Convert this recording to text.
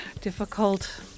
difficult